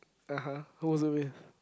(uh huh) who was it with